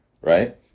right